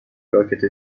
راکت